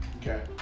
Okay